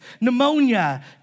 pneumonia